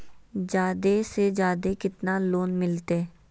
जादे से जादे कितना लोन मिलते?